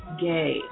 gay